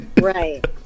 right